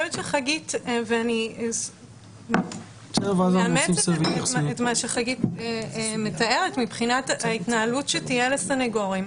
אני מאמצת את מה שחגית מתארת מבחינת ההתנהלות שתהיה לסנגורים.